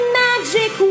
magic